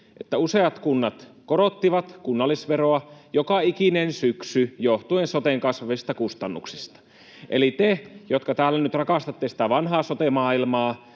että useat kunnat korottivat kunnallisveroa joka ikinen syksy johtuen soten kasvavista kustannuksista. Eli te, jotka täällä nyt rakastatte sitä vanhaa sote-maailmaa,